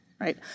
right